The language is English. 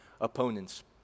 opponents